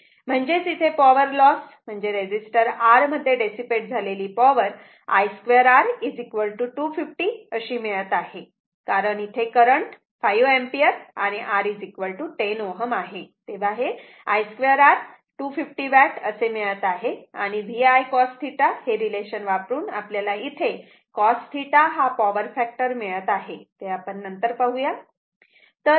म्हणजेच इथे power loss म्हणजे रेझिस्टर R मध्ये डेसिपेट झालेली पॉवर I 2 R 250 अशी मिळत आहे कारण इथे करंट 5 एंपियर आणि R 10 Ω आहे तेव्हा हे I 2 R 250 वॅट असे मिळत आहे आणि VI cos θ हे रिलेशनशिप वापरून आपल्याला इथे cos θ हा पॉवर फॅक्टर मिळत आहे ते आपण नंतर पाहू या